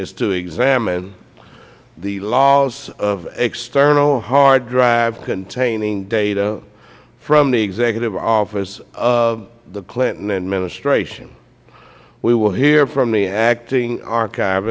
is to examine the loss of an external hard drive containing data from the executive office of the clinton administration we will hear from the acting archiv